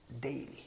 daily